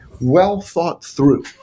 Well-thought-through